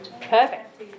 Perfect